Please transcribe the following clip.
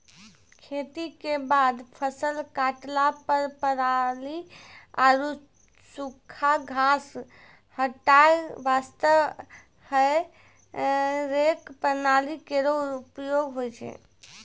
खेती क बाद फसल काटला पर पराली आरु सूखा घास हटाय वास्ते हेई रेक प्रणाली केरो उपयोग होय छै